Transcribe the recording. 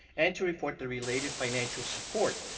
and to report the related financial support.